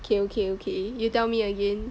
okay okay okay you tell me again